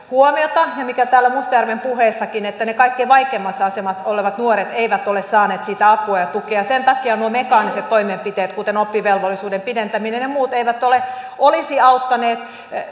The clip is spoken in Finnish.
huomiota ja mikä täällä mustajärven puheessakin että ne kaikkein vaikeimmassa asemassa olevat nuoret eivät ole saaneet sitä apua ja tukea sen takia nuo mekaaniset toimenpiteet kuten oppivelvollisuuden pidentäminen ja muut eivät olisi auttaneet